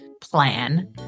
plan